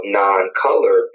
non-color